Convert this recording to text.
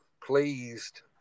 pleased